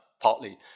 partly